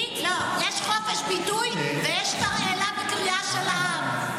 לא, יש חופש ביטוי ויש תרעלה וקריעה של העם.